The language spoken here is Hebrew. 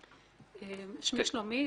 אני אחת הדוגמאות.